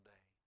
Day